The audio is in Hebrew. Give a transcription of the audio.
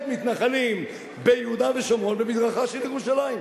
מתנחלים ביהודה ושומרון ומזרחה של ירושלים.